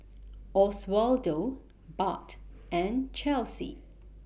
Oswaldo Bart and Chelsey